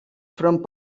front